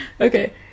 okay